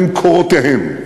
ממקורותיהם.